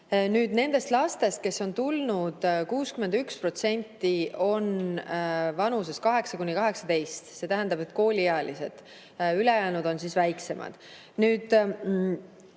Nendest lastest, kes on tulnud, 61% on vanuses 8–18, see tähendab kooliealised, ülejäänud on väiksemad.